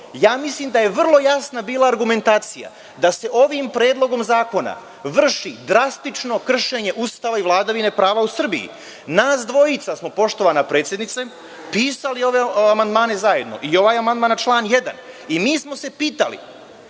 Mislim da je vrlo jasna bila argumentacija da se ovim predlogom zakona vrši drastično kršenje Ustava i vladavine prava u Srbiji. Nas dvojica smo, poštovana predsednice, pisali ove amandmane zajedno, i ovaj amandman na član 1. i mi smo se pitali